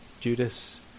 Judas